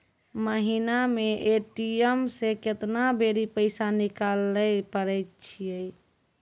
महिना मे ए.टी.एम से केतना बेरी पैसा निकालैल पारै छिये